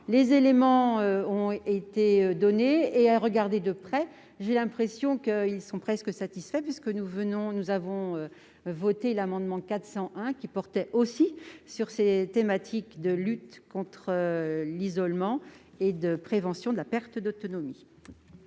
Les éléments ont été donnés. En regardant de près, j'ai l'impression qu'ils sont presque satisfaits : nous avons voté l'amendement n° 401 rectifié, qui portait aussi sur ces thématiques de lutte contre l'isolement et de prévention de la perte d'autonomie.